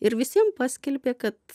ir visiem paskelbė kad